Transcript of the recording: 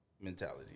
mentality